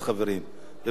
בבקשה, אדוני.